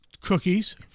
cookies